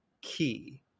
key